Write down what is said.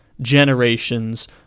generation's